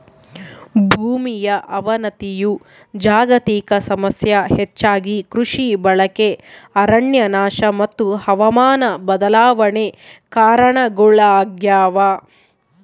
ಭೂಮಿಯ ಅವನತಿಯು ಜಾಗತಿಕ ಸಮಸ್ಯೆ ಹೆಚ್ಚಾಗಿ ಕೃಷಿ ಬಳಕೆ ಅರಣ್ಯನಾಶ ಮತ್ತು ಹವಾಮಾನ ಬದಲಾವಣೆ ಕಾರಣಗುಳಾಗ್ಯವ